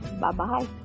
Bye-bye